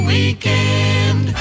Weekend